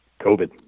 COVID